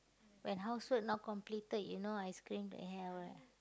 when housework not completed you know I scream like hell right